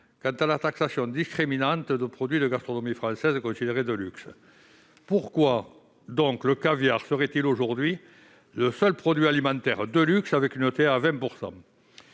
quant à la taxation discriminante de produits de gastronomie française considérés de luxe. Pourquoi le caviar serait-il aujourd'hui le seul produit alimentaire de luxe à se voir